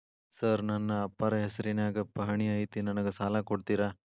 Sir ನನ್ನ ಅಪ್ಪಾರ ಹೆಸರಿನ್ಯಾಗ್ ಪಹಣಿ ಐತಿ ನನಗ ಸಾಲ ಕೊಡ್ತೇರಾ?